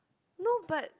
no but